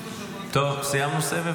--- טוב, סיימנו סבב?